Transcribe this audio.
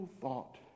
thought